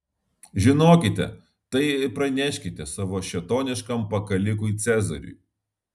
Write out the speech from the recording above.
žinokite tai ir praneškite savo šėtoniškam pakalikui cezariui